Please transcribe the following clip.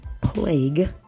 plague